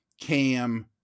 Cam